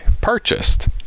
purchased